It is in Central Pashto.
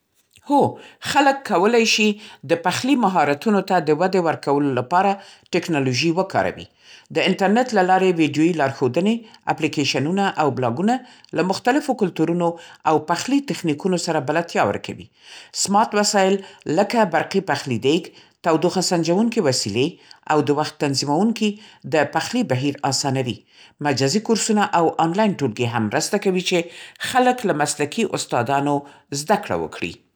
هو، خلک کولی شي د پخلي مهارتونو ته د ودې ورکولو لپاره ټیکنالوژي وکاروي. د انټرنټ له لارې ویډیويي لارښودنې، اپلیکیشنونه او بلاګونه له مختلفو کلتورونو او پخلي تخنیکونو سره بلدتیا ورکوي. سمارټ وسایل لکه برقي پخلي دیګ، تودوخه سنجونکې وسیلې او د وخت تنظیموونکي د پخلي بهیر اسانوي. مجازي کورسونه او آنلاین ټولګي هم مرسته کوي چې خلک له مسلکي استادانو زده‌کړه وکړي.